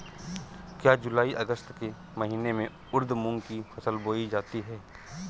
क्या जूलाई अगस्त के महीने में उर्द मूंग की फसल बोई जाती है?